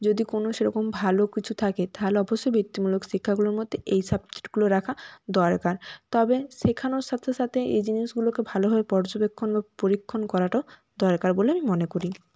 যদি কোনও সেরকম ভালো কিছু থাকে তাহলে অবশ্যই বৃত্তিমূলক শিক্ষাগুলোর মধ্যে এই সাব্জেক্টগুলো রাখা দরকার তবে শেখানোর সাথে সাথে এই জিনিসগুলোকে ভালোভাবে পর্যবেক্ষণ বা পরীক্ষণ করাটাও দরকার বলে আমি মনে করি